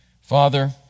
Father